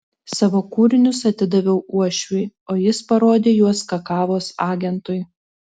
savo kūrinius atidaviau uošviui o jis parodė juos kakavos agentui